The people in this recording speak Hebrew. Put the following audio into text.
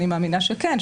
אני מאמינה שכן.